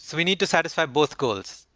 so we need to satisfy both goals.